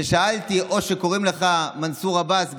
שאלתי: או שקוראים לך מנסור עבאס,